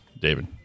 David